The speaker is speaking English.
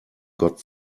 got